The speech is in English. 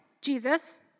Jesus